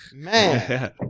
Man